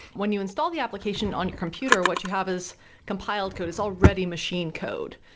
when you install the application on your computer, what you have is compiled code, it's already machine code.